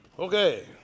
Okay